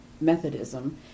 Methodism